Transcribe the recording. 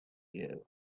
you